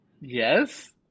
Yes